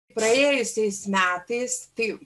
praėjusiais metais tai